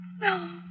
No